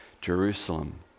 Jerusalem